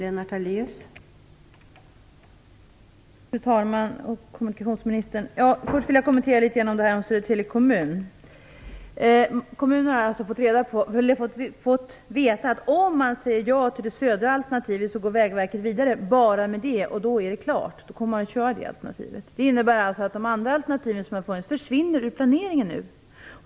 Fru talman! Kommunikationsministern! Först vill jag litet grand kommentera frågan om Södertälje kommun. I kommunen har man alltså fått veta att om man säger ja till det södra alternativet, så går Vägverket vidare endast med detta alternativ och att man kommer att genomföra det alternativet. Det innebär alltså att de andra alternativen som har funnits nu försvinner från planeringen.